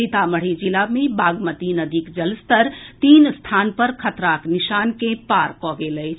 सीतामढ़ी जिला मे बागमती नदीक जलस्तर तीन स्थान पर खतराक निशान के पार कऽ गेल अछि